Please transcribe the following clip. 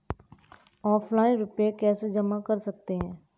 Offline रुपये कैसे जमा कर सकते हैं?